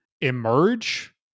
emerge